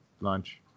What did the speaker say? lunch